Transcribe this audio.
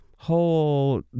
whole